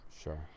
Sure